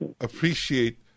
appreciate